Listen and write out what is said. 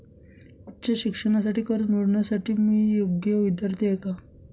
उच्च शिक्षणासाठी कर्ज मिळविण्यासाठी मी योग्य विद्यार्थी आहे का?